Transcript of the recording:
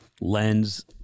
lens